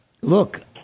look